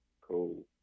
cool